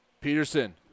Peterson